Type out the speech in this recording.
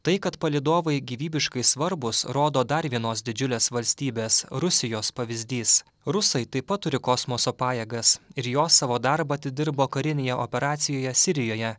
tai kad palydovai gyvybiškai svarbūs rodo dar vienos didžiulės valstybės rusijos pavyzdys rusai taip pat turi kosmoso pajėgas ir jos savo darbą atidirbo karinėje operacijoje sirijoje